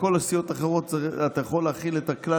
בכל הסיעות האחרות אתה יכול להחיל את הכלל